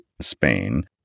Spain